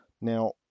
Now